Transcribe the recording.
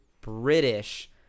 British